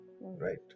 Right